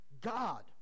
God